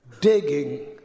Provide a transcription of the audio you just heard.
digging